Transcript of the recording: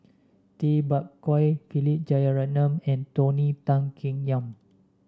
Tay Bak Koi Philip Jeyaretnam and Tony Tan Keng Yam